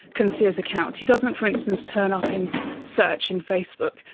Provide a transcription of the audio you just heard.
can see his account. he doesn't, for instance, turn up in search in facebook.